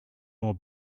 more